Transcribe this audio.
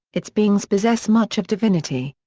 its beings possess much of divinity.